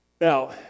Now